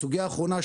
בסוגיה האחרונה,